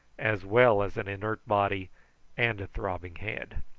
as well as an inert body and a throbbing head.